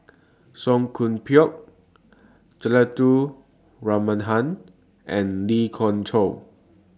Song Koon Poh Juthika Ramanathan and Lee Khoon Choy